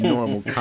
Normal